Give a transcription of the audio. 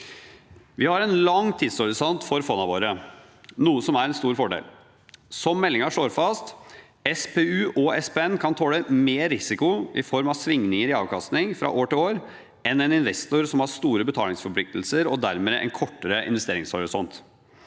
Vi har en lang tidshorisont for fondene våre, noe som er en stor fordel. Som meldingen slår fast: «SPU og SPN kan tåle mer risiko i form av svingninger i avkastning fra år til år enn en investor som har store betalingsforpliktelser og dermed en kortere investeringshorisont.